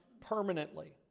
permanently